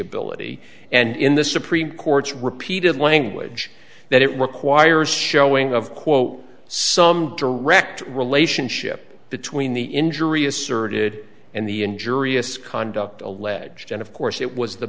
foreseeability and in the supreme court's repeated language that it requires showing of quote some direct relationship between the injury asserted and the injurious conduct alleged and of course it was the